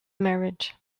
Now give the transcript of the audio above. marriage